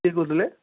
କିଏ କହୁଥିଲେ